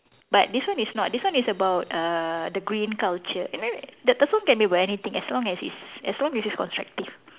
but this one is not this one is about uh the green culture eh the song can be about anything as long as it's as long as it's constructive